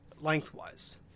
lengthwise